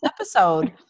episode